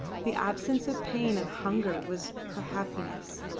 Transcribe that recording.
the absence of pain and hunger was her happiness,